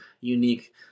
unique